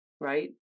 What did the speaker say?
right